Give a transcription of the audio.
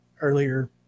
earlier